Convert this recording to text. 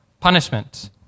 punishment